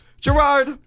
Gerard